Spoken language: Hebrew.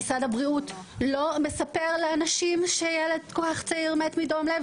האם משרד הבריאות לא מספר לאנשים שילד כל כך צעיר מת מדום לב?